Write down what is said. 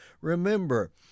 Remember